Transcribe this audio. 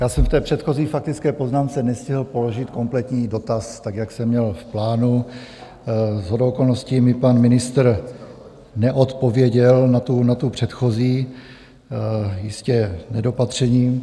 Já jsem v té předchozí faktické poznámce nestihl položit kompletní dotaz, tak jak jsem měl v plánu, shodou okolností mi pan ministr neodpověděl na tu předchozí, jistě nedopatřením.